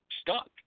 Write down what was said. stuck